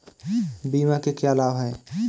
बीमा के क्या लाभ हैं?